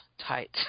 tight